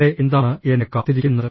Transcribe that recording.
അവിടെ എന്താണ് എന്നെ കാത്തിരിക്കുന്നത്